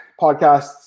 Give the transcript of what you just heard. Podcasts